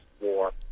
war